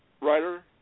writer